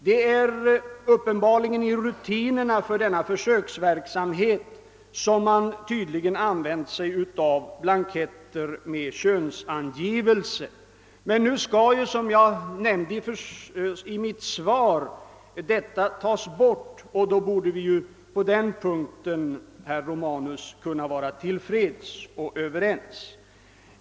Det är uppenbarligen i rutinerna för denna försöksverksamhet som man använt sig av blanketter med könsangivelse. Nu skall emellertid, såsom jag nämnde i mitt svar, detta förfaringssätt avskaffas och vi borde därför, herr Romanus, i detta avseende kunna vara till freds och överens.